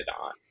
on